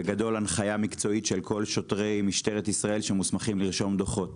בגדול הנחיה מקצועית של כל שוטרי משטרת ישראל שמוסמכים לרשום דוחות